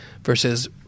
versus